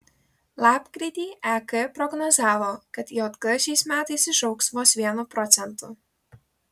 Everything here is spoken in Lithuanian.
lapkritį ek prognozavo kad jk šiais metais išaugs vos vienu procentu